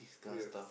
yes